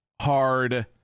hard